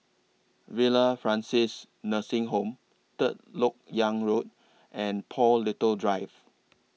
Villa Francis Nursing Home Third Lok Yang Road and Paul Little Drive